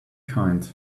kind